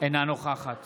אינה נוכחת